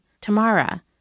Tamara